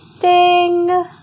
Ding